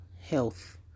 health